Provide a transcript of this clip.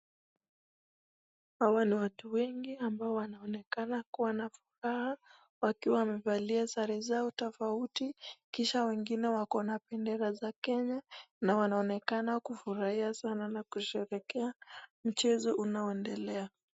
Hawa ni watu wengi ambao wanaonekana kuwa na furaha. Wakiwa wamevalia sare zao tafauti . Kisha wengine wako na bendera za Kenya na wanaonekana kufurahia sana na kusherekea mchezo unaonendelea.